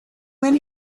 when